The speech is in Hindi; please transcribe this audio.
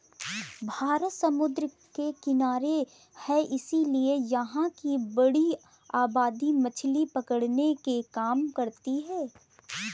भारत समुद्र के किनारे है इसीलिए यहां की बड़ी आबादी मछली पकड़ने के काम करती है